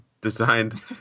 Designed